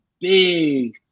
big